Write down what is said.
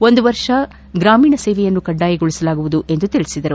ಒಂದು ವರ್ಷ ಗ್ರಾಮೀಣ ಸೇವೆಯನ್ನು ಕಡ್ಡಾಯಗೊಳಿಸಲಾಗುವುದು ಎಂದು ತಿಳಿಸಿದರು